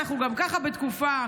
ואנחנו גם ככה בתקופה,